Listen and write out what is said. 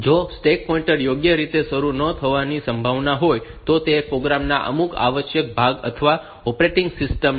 જો stack pointer યોગ્ય રીતે શરૂ ન થવાની સંભાવના હોય તો તે પ્રોગ્રામ ના અમુક આવશ્યક ભાગ અથવા ઓપરેટિંગ સિસ્ટમ ના આવશ્યક ભાગને સુધારે છે